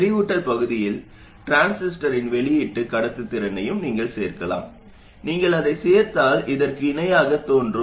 செறிவூட்டல் பகுதியில் டிரான்சிஸ்டரின் வெளியீட்டு கடத்துத்திறனையும் நீங்கள் சேர்க்கலாம் நீங்கள் அதைச் சேர்த்தால் இதற்கு இணையாகத் தோன்றும்